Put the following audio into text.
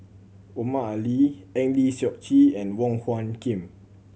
Omar Ali Eng Lee Seok Chee and Wong Hung Khim